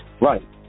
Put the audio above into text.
Right